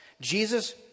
Jesus